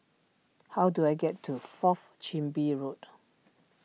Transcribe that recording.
how do I get to Fourth Chin Bee Road